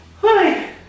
Hi